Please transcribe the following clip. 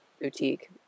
boutique